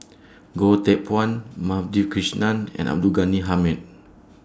Goh Teck Phuan Madhavi Krishnan and Abdul Ghani Hamid